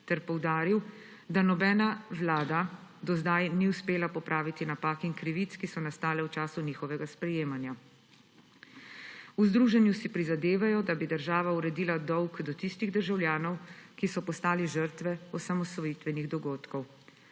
ter poudaril, da nobena vlada do zdaj ni uspela popraviti napak in krivic, ki so nastale v času njihovega sprejemanja. V združenju si prizadevajo, da bi država uredila dolg do tistih državljanov, ki so postali žrtve osamosvojitvenih dogodkov.